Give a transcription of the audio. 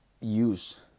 use